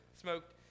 smoked